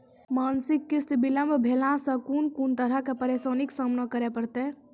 मासिक किस्त बिलम्ब भेलासॅ कून कून तरहक परेशानीक सामना करे परतै?